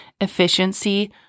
efficiency